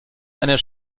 einer